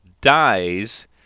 dies